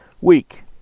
week